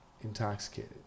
intoxicated